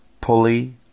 pulley